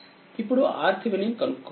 ఇప్పుడు RThevenin కనుక్కోవాలి